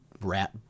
rat